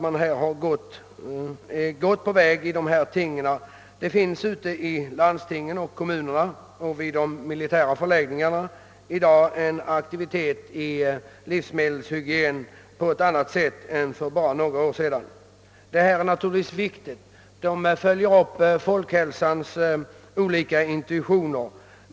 Man är utan tvekan på god väg; i landstingen och kommunerna samt vid de militära förläggningarna är aktiviteten i de livsmedelshygieniska frågorna betydligt större än för några år sedan. Man följer upp folkhälsans olika intentioner.